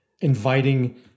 inviting